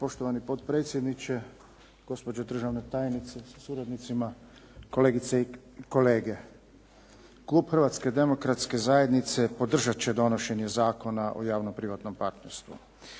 Poštovani potpredsjedniče, gospođo državna tajnice sa suradnicima, kolegice i kolege. Klub Hrvatske demokratske zajednice podržat će donošenje Zakona o javno-privatnom partnerstvu.